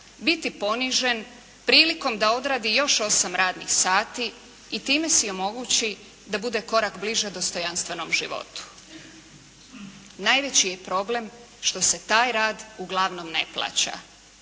biti ponižen prilikom da odradi još 8 radnih sati i time si omogući da bude korak bliže dostojanstvenom životu. Najveći je problem što se taj rad uglavnom ne plaća.